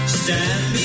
stand